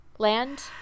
Land